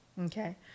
Okay